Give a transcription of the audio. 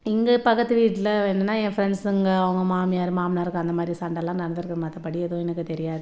இங்கே பக்கத்து வீட்டில் வந்துன்னா என் ஃப்ரெண்ட்ஸுங்க அவங்க மாமியார் மாமனாருக்கு அந்தமாதிரி சண்டைலாம் நடந்திருக்கு மற்றபடி எதுவும் எனக்கு தெரியாது